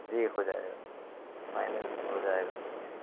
जी हो जाएगा फाइनेंस हो जाएगा